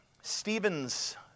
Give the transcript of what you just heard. Stephen's